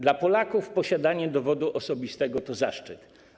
Dla Polaków posiadanie dowodu osobistego to zaszczyt.